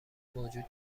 موجود